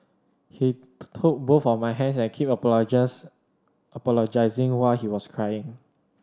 he took both of my hands and kept apologise apologising while he was crying